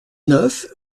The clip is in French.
neuf